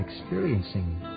experiencing